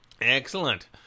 Excellent